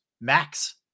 max